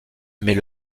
mais